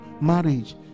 marriage